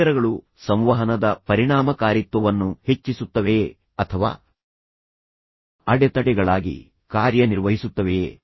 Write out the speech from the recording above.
ಪರಿಕರಗಳು ಸಂವಹನದ ಪರಿಣಾಮಕಾರಿತ್ವವನ್ನು ಹೆಚ್ಚಿಸುತ್ತವೆಯೇ ಅಥವಾ ಅಡೆತಡೆಗಳಾಗಿ ಕಾರ್ಯನಿರ್ವಹಿಸುತ್ತವೆಯೇ